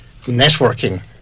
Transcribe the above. networking